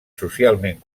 socialment